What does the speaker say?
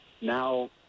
now